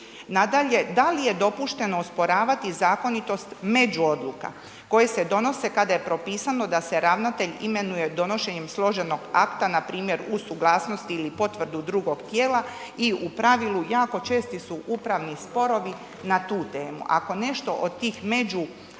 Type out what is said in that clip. Nadalje, da li je dopušteno osporavati zakonitost među odluka koje se donose kada je propisano da se ravnatelj imenuje donošenjem složenog akta npr. u suglasnosti ili potvrdu drugog tijela i u pravilu jako česti su upravni sporovi na temu. Ako nešto od tih među akata